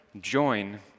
join